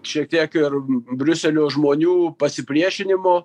šiek tiek ir briuselio žmonių pasipriešinimo